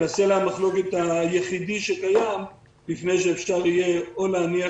אלא סלע המחלוקת היחידי שקיים לפני שאפשר יהיה או להניח